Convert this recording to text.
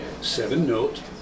seven-note